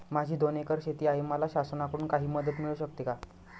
माझी दोन एकर शेती आहे, मला शासनाकडून काही मदत मिळू शकते का?